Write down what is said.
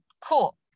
cool